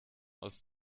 aus